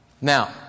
Now